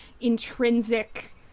intrinsic